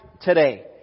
today